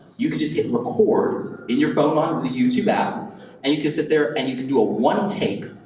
you could just hit record in your phone on the youtube app and you can sit there and you can do a one-take,